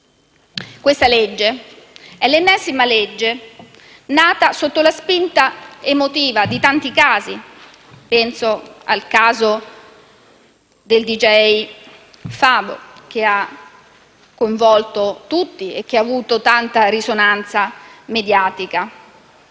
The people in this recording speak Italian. di legge è l'ennesima nata sotto la spinta emotiva di tanti casi: penso al caso di DJ Fabo, che ha toccato tutti e ha avuto tanta risonanza mediatica.